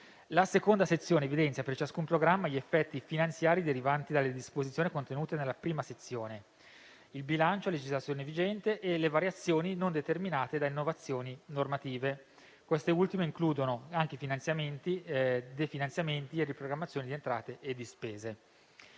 La seconda sezione evidenzia, per ciascun programma, gli effetti finanziari derivanti dalle disposizioni contenute nella prima sezione, il bilancio a legislazione vigente e le variazioni non determinate da innovazioni normative. Queste ultime includono anche i finanziamenti, i rifinanziamenti e la riprogrammazione di entrate e di spese.